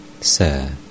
Sir